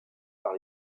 par